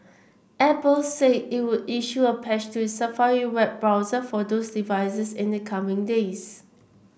Apple say it would issue a patch to its Safari web browser for those devices in the coming days